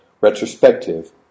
retrospective